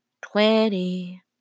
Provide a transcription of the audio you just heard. twenty